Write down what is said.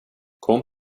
kom